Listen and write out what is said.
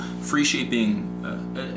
free-shaping